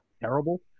terrible